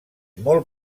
molt